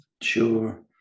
Sure